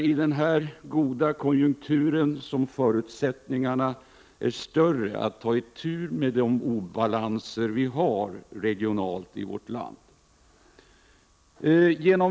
I denna goda konjunktur är ju förutsättningarna större när det gäller att ta itu med de regionala obalanserna i vårt land.